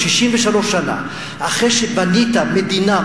63 שנה אחרי שבנית מדינה,